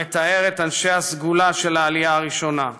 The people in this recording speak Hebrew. המתאר את אנשי הסגולה של העלייה הראשונה,